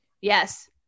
yes